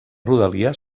rodalia